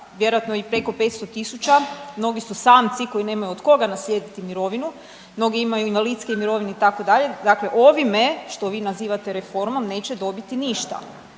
vjerojatno i preko 500.000 mnogi su samci koji nemaju od koga naslijediti mirovinu, mnogi imaju invalidske mirovine itd., dakle ovime što vi nazivate reformom neće dobiti ništa.